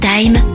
Time